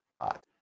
hot